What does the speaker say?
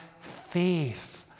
faith